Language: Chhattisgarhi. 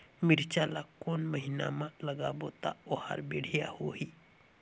मिरचा ला कोन महीना मा लगाबो ता ओहार बेडिया होही?